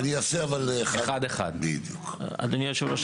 אדוני היושב-ראש,